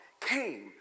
came